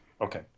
okay